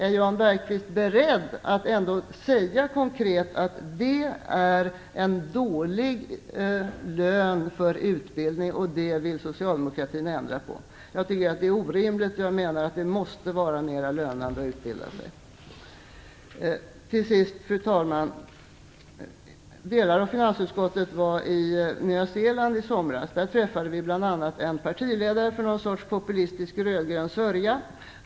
Är Jan Bergqvist beredd att ändå säga att det är en dålig lön för utbildning och att socialdemokratin vill ändra på detta? Detta är orimligt, och jag menar att det måste vara mer lönande att utbilda sig. Till sist, fru talman! Delar av finansutskottet var i Nya Zeeland i somras. Där träffade vi bl.a. en partiledare för någon sorts populistisk rödgrön sörja.